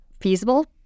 feasible